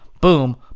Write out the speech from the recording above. boom